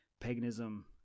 paganism